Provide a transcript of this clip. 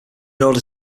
order